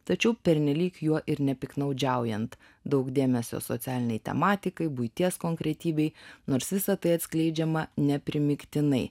tačiau pernelyg juo ir nepiktnaudžiaujant daug dėmesio socialinei tematikai buities konkretybei nors visa tai atskleidžiama neprimygtinai